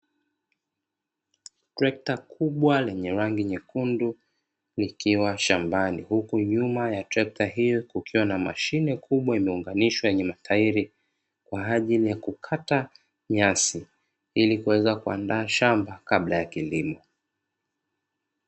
Trekta kubwa lenye rangi nyekundu likiwa shambani, huku nyuma ya trekta hilo kukiwa na mashine kubwa imeunganishwa yenye matairi kwa ajili ya kukata nyasi ili kuweza kuandaa shamba kabla ya kilimo.